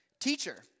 Teacher